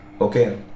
Okay